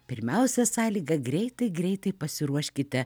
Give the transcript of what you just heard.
pirmiausia sąlyga greitai greitai pasiruoškite